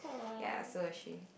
ya so was she